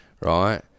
right